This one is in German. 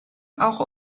auch